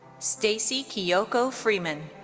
stacee kiyoko freeman.